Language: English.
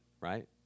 right